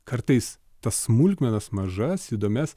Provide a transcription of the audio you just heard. kartais tas smulkmenas mažas įdomias